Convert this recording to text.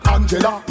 Angela